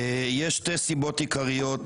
יש שתי סיבות עיקריות